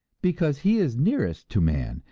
because he is nearest to man,